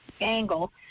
angle